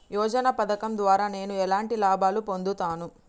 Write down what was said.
యోజన పథకం ద్వారా నేను ఎలాంటి లాభాలు పొందుతాను?